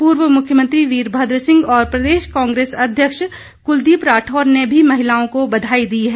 पूर्व मुख्यमंत्री वीरभद्र सिंह और प्रदेश कांग्रेस अध्यक्ष कुलदीप राठौर ने भी महिलाओं को बधाई दी हैं